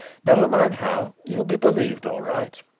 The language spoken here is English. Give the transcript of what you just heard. never mind how you'll be believed all right.